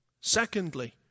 Secondly